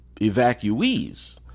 evacuees